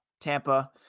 Tampa